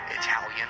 Italian